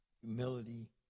humility